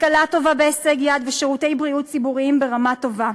השכלה טובה בהישג יד ושירותי בריאות ציבוריים ברמה טובה.